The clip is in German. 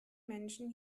menschen